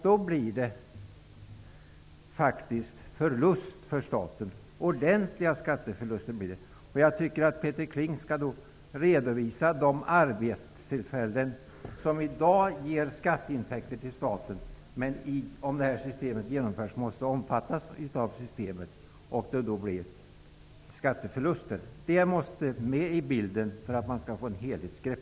Då blir det faktiskt ordentliga skatteförluster för staten. Jag tycker att Peter Kling skall redovisa de arbetstillfällen som i dag ger skatteintäkter till staten men som, om detta system genomförs, måste omfattas av systemet, vilket medför skatteförluster. Det måste med i bilden, om man skall få ett helhetsgrepp.